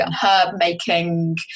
herb-making